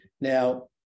Now